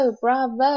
bravo